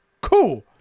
cool